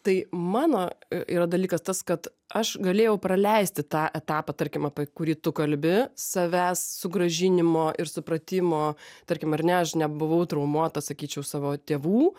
tai mano yra dalykas tas kad aš galėjau praleisti tą etapą tarkim apie kurį tu kalbi savęs sugrąžinimo ir supratimo tarkim ar ne aš nebuvau traumuota sakyčiau savo tėvų